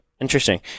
interesting